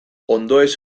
ondoez